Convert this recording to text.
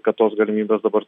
kad tos galimybės dabar